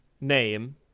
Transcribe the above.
name